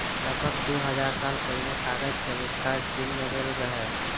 लगभग दू हजार साल पहिने कागज के आविष्कार चीन मे भेल रहै